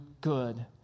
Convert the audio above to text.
good